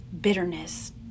Bitterness